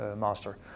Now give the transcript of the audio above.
master